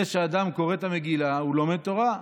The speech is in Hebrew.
שאדם קורא את המגילה, הוא לומד תורה.